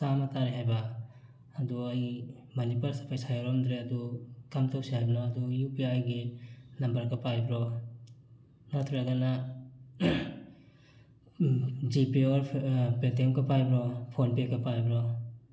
ꯆꯥꯝꯃ ꯇꯥꯔꯦ ꯍꯥꯏꯕ ꯑꯗꯨ ꯑꯩ ꯃꯅꯤ ꯄꯔꯁꯇ ꯄꯩꯁꯥ ꯌꯥꯎꯔꯝꯗ꯭ꯔꯦ ꯑꯗꯨ ꯀꯃꯥꯏꯅ ꯇꯧꯁꯦ ꯍꯥꯏꯕꯅꯣ ꯑꯗꯨ ꯏꯎ ꯄꯤ ꯑꯥꯏꯒꯤ ꯅꯝꯕꯔꯀ ꯄꯥꯏꯕ꯭ꯔꯣ ꯅꯠꯇ꯭ꯔꯒꯅ ꯖꯤꯄꯦ ꯑꯣꯔ ꯄꯦꯇꯤꯑꯦꯝꯒ ꯄꯥꯏꯕ꯭ꯔꯣ ꯐꯣꯟ ꯄꯦꯒ ꯄꯥꯏꯕ꯭ꯔꯣ